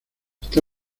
está